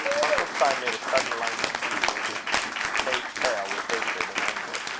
funkelstein made a sudden lunge at hugh, his face pale with hatred and anger.